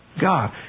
God